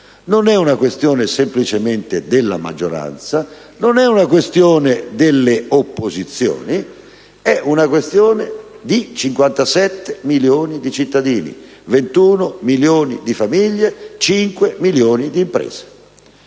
non è una questione semplicemente della maggioranza; non è una questione delle opposizioni, ma è una questione di 57 milioni di cittadini, di 21 milioni di famiglie e di 5 milioni di imprese.